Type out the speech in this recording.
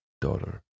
daughter